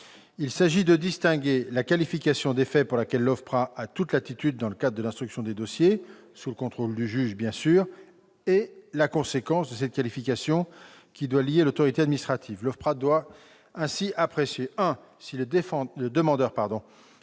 Il s'agit de distinguer la qualification des faits, pour laquelle l'OFPRA a toute latitude dans le cadre de l'instruction des dossiers- sous le contrôle du juge -et la conséquence de cette qualification, qui doit lier l'autorité administrative. L'OFPRA doit ainsi apprécier, premièrement,